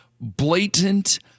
blatant